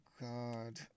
God